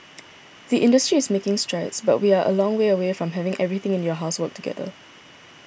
the industry is making strides but we are a long way away from having everything in your house work together